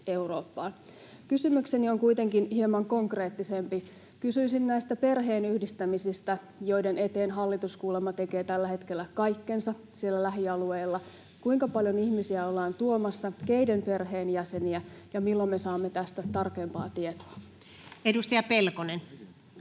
Kysymykseni on kuitenkin hieman konkreettisempi. Kysyisin näistä perheenyhdistämisistä, joiden eteen hallitus kuulemma tekee tällä hetkellä kaikkensa siellä lähialueilla. Kuinka paljon ihmisiä ollaan tuomassa, keiden perheenjäseniä, ja milloin me saamme tästä tarkempaa tietoa? [Speech